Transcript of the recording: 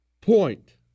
Point